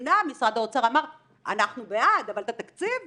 אמנם משרד האוצר אמר אנחנו בעד אבל את התקציב תחפשו.